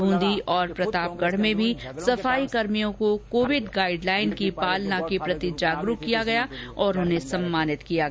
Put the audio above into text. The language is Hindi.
ब्रंदी प्रतापगढ़ में भी सफाई कर्मियों को कोविड गाइडलाइन की पालना के प्रति जागरूक किया गया और उन्हें सम्मानित किया गया